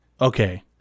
Okay